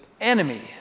enemy